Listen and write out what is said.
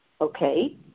Okay